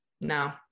no